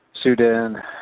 Sudan